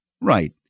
Right